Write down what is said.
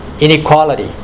inequality